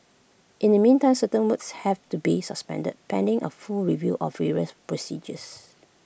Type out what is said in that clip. in the meantime certain works have to be suspended pending A full review of various procedures